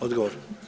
Odgovor.